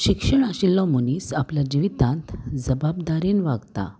शिक्षण आशिल्लो मुनीस आपल्या जिवितांत जबाबदारीन वागता